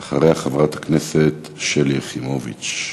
ואחריה, חברת הכנסת שלי יחימוביץ.